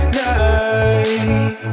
night